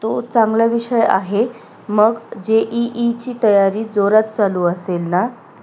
तो चांगला विषय आहे मग जे ई ईची तयारी जोरात चालू असेल ना